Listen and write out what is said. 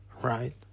right